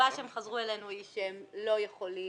התשובה שהם חזרו אלינו איתה היא שהם לא יכולים